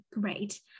great